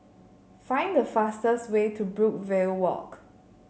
find the fastest way to Brookvale Walk